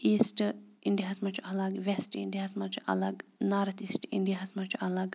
east اِنڈیاہَس منٛز چھُ الگ وٮ۪سٹ اِنڈیاہَس منٛز چھُ الگ نارٕتھ ایٖسٹ اِنڈیاہس منٛز چھُ الگ